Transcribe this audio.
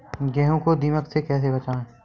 गेहूँ को दीमक से कैसे बचाएँ?